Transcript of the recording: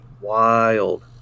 wild